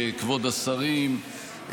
כבוד השרים,